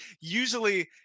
usually